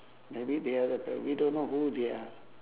maybe the other ti~ we don't know who they are